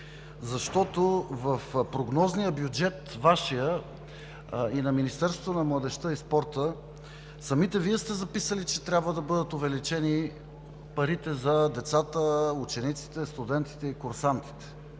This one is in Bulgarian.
Защото в прогнозния бюджет – Вашия и на Министерството на младежта и спорта, самите Вие сте записали, че трябва да бъдат увеличени парите за децата, учениците, студентите и курсантите.